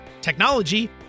technology